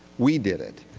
we did it.